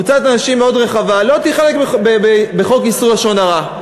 קבוצת אנשים מאוד רחבה תיכלל בחוק איסור לשון הרע.